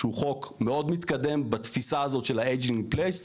שהוא חוק מאוד מתקדם בתפיסה הזאת של ה-ageing in place.